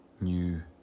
New